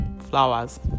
Flowers